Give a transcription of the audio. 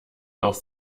auf